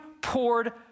poured